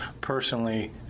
personally